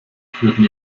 führten